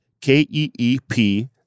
K-E-E-P